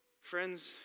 friends